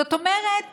זאת אומרת,